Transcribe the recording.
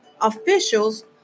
officials